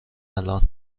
الان